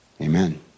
Amen